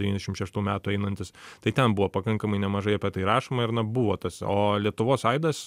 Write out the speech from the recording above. devyniasdešim šeštų metų einantis tai ten buvo pakankamai nemažai apie tai rašoma ir na buvo tas o lietuvos aidas